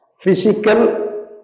physical